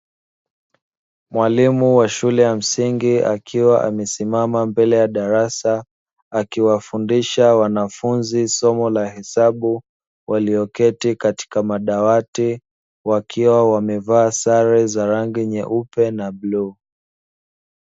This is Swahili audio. Mwalimu wa shule ya msingi akiwa amesimama mbele ya darasa, akiwafundisha wanafunzi somo la hesabu, walioketi katika madawati wakiwa wamevaa sare za rangi nyeupe na bluu.